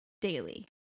daily